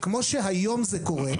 כמו שזה קורה היום,